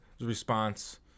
response